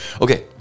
Okay